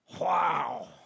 Wow